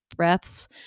breaths